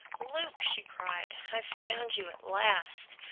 luke! she cried, i've found you at last!